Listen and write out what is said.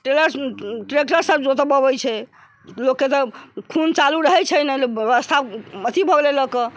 teller सब tractor सॅं जोतबै छै लोक के तऽ खून चालू रहै छै ने व्यवस्था अथी भऽ गेलै लऽ कऽ